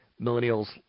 Millennials